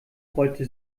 rollte